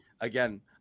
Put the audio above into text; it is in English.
Again